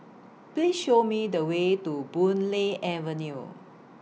Please Show Me The Way to Boon Lay Avenue